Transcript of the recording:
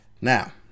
Now